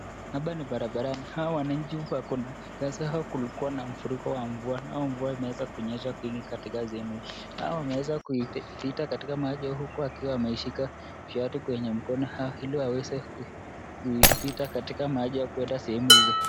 Hapa ni barabarani. Hao wanadhihirisha kuwa hapo kulikuwa na mafuriko wa mvua, nao mvua imeweza kunyesha kwingi katika sehemu hii. Hao wameweza kupita katika maji huku akiwa ameshika viatu kwenye mkono hao ili aweze kupita katika maji ya kwenda sehemu hizo.